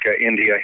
India